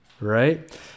right